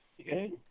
Okay